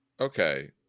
okay